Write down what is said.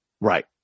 right